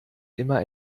immer